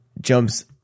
jumps –